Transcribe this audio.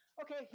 Okay